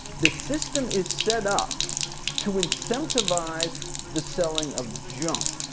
the system is set up to incentivize the selling of junk.